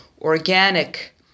Organic